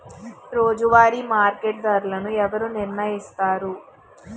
రోజువారి మార్కెట్ ధరలను ఎవరు నిర్ణయిస్తారు?